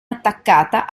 attaccata